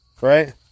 right